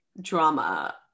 drama